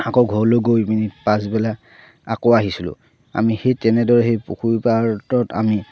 আকৌ ঘৰলৈ গৈ মেলি পাছবেলা আকৌ আহিছিলোঁ আমি সেই তেনেদৰে সেই পুখুৰী পাৰটোত আমি